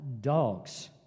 dogs